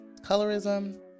colorism